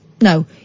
no